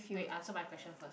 wait answer my question first